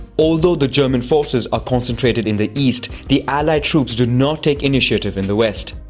although the german forces are concentrated in the east, the allied troops do not take initiative in the west.